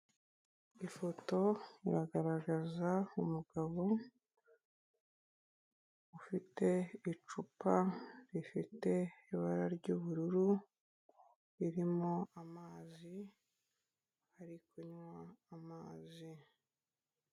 Ifoto iragaragaza umugabo, ufite icupa rifite ibara ry'ubururu, ririmo amazi, ari kunywa amazi.